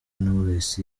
knowless